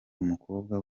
umukobwa